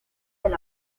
del